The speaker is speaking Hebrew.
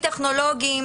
באמצעים טכנולוגיים